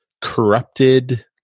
corrupted